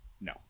No